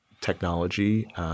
technology